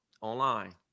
online